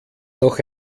noch